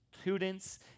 students